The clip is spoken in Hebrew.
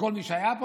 וכל מי שהיה פה,